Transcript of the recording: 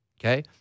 okay